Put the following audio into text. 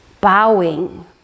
Bowing